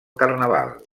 carnaval